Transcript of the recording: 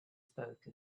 spoke